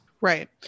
Right